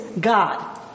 God